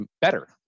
better